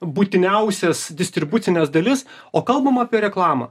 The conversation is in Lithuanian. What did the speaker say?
būtiniausias distribucines dalis o kalbama apie reklamą